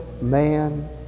man